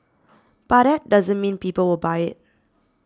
but that doesn't mean people will buy it